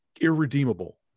irredeemable